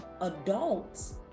adults